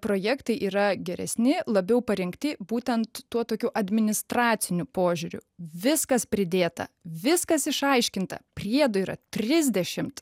projektai yra geresni labiau parinkti būtent tuo tokiu administraciniu požiūriu viskas pridėta viskas išaiškinta priedų yra trisdešimt